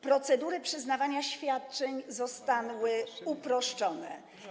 Procedury przyznawania świadczenia zostały uproszczone.